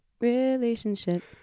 relationship